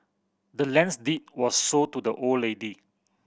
the land's deed was sold to the old lady